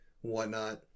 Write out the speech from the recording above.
whatnot